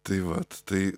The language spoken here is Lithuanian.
tai vat tai